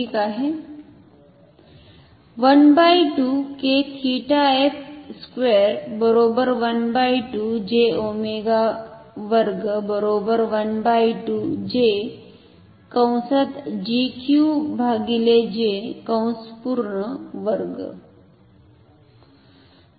ठिक आहे